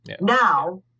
now